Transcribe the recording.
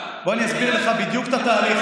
בוא אני אסביר לך בדיוק את התהליך,